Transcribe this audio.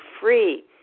free